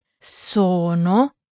Sono